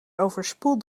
overspoeld